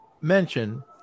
mention